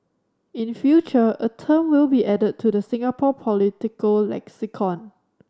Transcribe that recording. in future a term will be added to the Singapore political lexicon